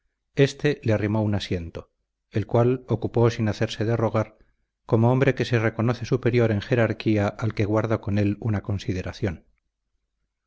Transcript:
éste le arrimó un asiento el cual ocupó sin hacerse de rogar como hombre que se reconoce superior en jerarquía al que guarda con él una consideración